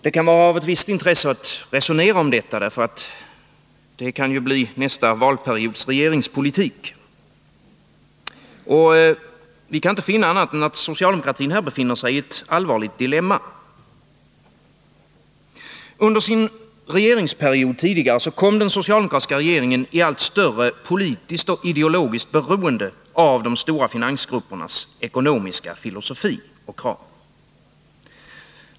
Det kan vara av visst intresse att resonera om detta, därför att det ju kan bli nästa valperiods regeringspolitik. Vi kan inte finna annat än att socialdemokratin här befinner sig i ett allvarligt dilemma. Under sin regeringsperiod tidigare kom den socialdemokratiska regeringen i allt större politiskt och ideologiskt beroende av de stora finansgruppernas ekonomiska filosofi.